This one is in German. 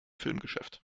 filmgeschäft